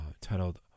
titled